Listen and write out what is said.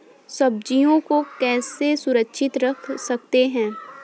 सब्जियों को कैसे सुरक्षित रख सकते हैं?